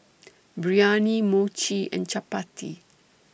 Biryani Mochi and Chapati